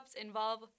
involve